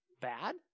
bad